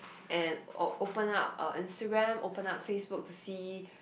and open up uh Instagram open up FaceBook to see